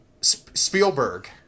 Spielberg